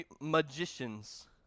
magicians